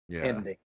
ending